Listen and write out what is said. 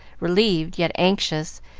relieved, yet anxious,